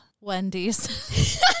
Wendy's